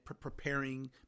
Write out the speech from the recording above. preparing